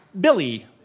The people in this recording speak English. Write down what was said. Billy